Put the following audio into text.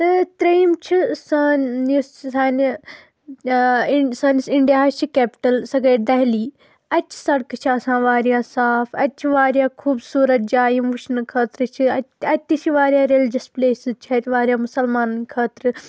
تہٕ ترٛیٚیِم چھُ سون یُس سانہِ اِن سٲنِس اِنڈِیاہس چھِ کٮ۪پٹٕل سَہ گٔے دہلی اَتہِ چھِ سَڑکہٕ چھِ آسان واریاہ صاف اَتہِ چھُ واریاہ خوٗبصوٗرت جاے یِم وٕچھنہٕ خٲطرٕ چھِ اَتہِ اَتہِ تہِ چھِ واریاہ ریٚلجَس پٕلیسٕز چھِ اَتہِ واریاہ مُسلمانَن خٲطرٕ